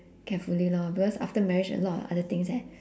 carefully lor because after marriage a lot of other things leh